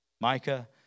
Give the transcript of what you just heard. Micah